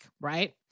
Right